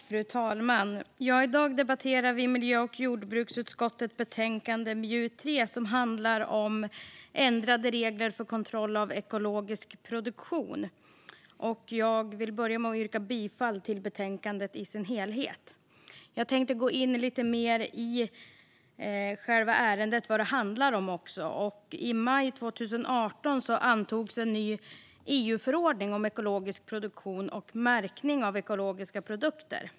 Fru talman! I dag debatterar vi miljö och jordbruksutskottets betänkande MJU3, som handlar om ändrade regler för kontroll av ekologisk produktion. Jag vill börja med att yrka bifall till förslaget i betänkandet i dess helhet. Jag ska nu gå in lite mer på vad själva ärendet handlar om. I maj 2018 antogs en ny EU-förordning om ekologisk produktion och märkning av ekologiska produkter.